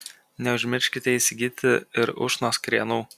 neužmirškite įsigyti ir ušnos krienų